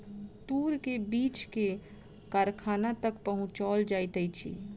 तूर के बीछ के कारखाना तक पहुचौल जाइत अछि